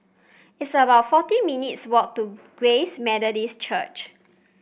it's about forty minutes' walk to Grace Methodist Church